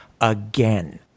again